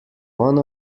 one